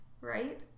right